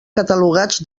catalogats